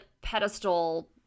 pedestal